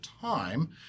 time